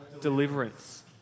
deliverance